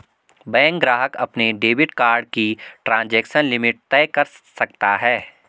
bank ग्राहक अपने debit card की ट्रांज़ैक्शन लिमिट तय कर सकता है